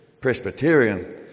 Presbyterian